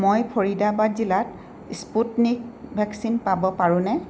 মই ফৰিদাবাদ জিলাত Sputnik vaccine পাব পাৰোঁনে